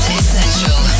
Essential